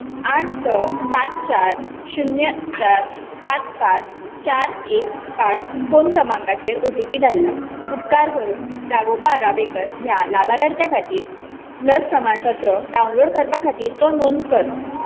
आठ स सात चार शून्य चार सात पांच चार एक पांच फोन क्रमांकाचेर ओ टी पी धाडला उपकार करून राघोबा आराबेकार ह्या लाभार्थ्यां खातीर लस प्रमाणपत्र डावनलोड करपा खातीर तो नोंद कर